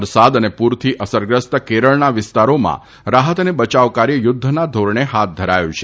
વરસાદ અને પૂરથી અસરગ્રસ્ત કેરળના વિસ્તારોમાં રાહત અને બયાવકાર્ય યુદ્ધના ઘોરણે હાથ ધરાયું છે